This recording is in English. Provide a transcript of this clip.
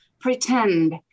pretend